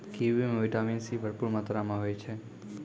kiwi म vitamin C भरपूर मात्रा में होय छै